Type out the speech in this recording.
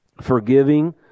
Forgiving